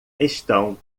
estão